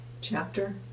chapter